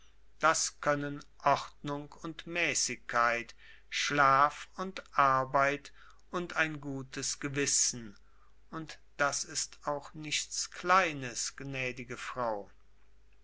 das können ordnung und mäßigkeit schlaf und arbeit und ein gutes gewissen und das ist auch nichts kleines gnädige frau